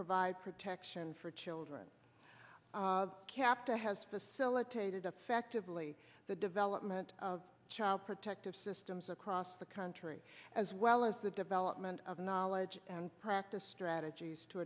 provide protection for children kept a has facilitated affectively the development of child protective systems across the country as well as the development of knowledge and practice strategies to